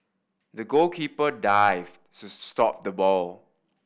the goalkeeper dived to stop the ball